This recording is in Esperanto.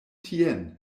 tien